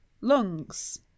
lungs